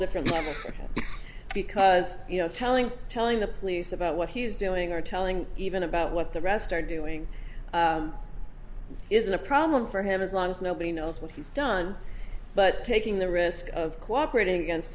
different level because you know telling us telling the police about what he's doing or telling even about what the rest are doing isn't a problem for him as long as nobody knows what he's done but taking the risk of cooperating against